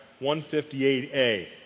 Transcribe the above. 158A